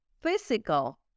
physical